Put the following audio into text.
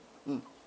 mm